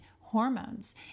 hormones